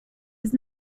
his